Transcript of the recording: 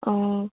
ও